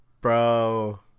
Bro